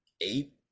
eight